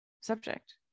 subject